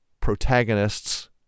protagonists